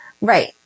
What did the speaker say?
Right